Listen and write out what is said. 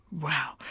Wow